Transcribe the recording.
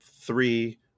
three